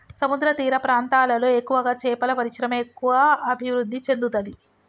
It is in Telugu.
సముద్రతీర ప్రాంతాలలో ఎక్కువగా చేపల పరిశ్రమ ఎక్కువ అభివృద్ధి చెందుతది